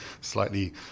slightly